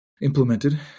implemented